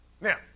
Now